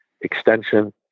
extension